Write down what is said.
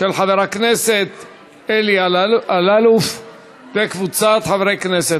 של חבר הכנסת אלי אלאלוף וקבוצת חברי הכנסת.